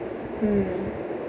mm